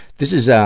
this is, ah,